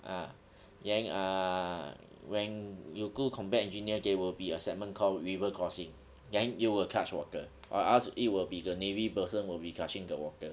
ah then ah when you do combat engineer there will be a segment called river crossing then you will touch water or else it will be the navy person will be touching the water